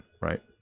right